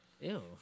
Ew